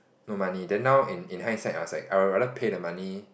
no money then now in in hindsight I was like I would rather pay the money